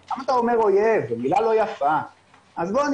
מה אתה אומר 'אויב', זו מילה לא יפה'.